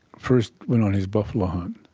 first went on his buffalo hunt,